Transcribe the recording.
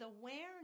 awareness